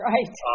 Right